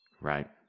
Right